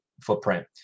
footprint